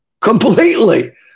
completely